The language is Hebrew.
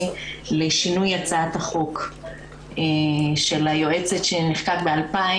לשינוי הצעת החוק של היועצת שנחקק בשנת 2000,